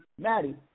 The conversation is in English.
Maddie